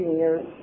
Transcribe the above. years